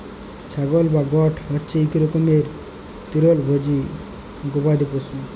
ছাগল বা গট হছে ইক রকমের তিরলভোজী গবাদি পশু